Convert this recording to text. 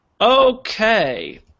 Okay